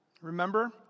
Remember